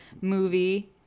movie